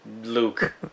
Luke